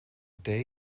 thee